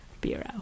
Bureau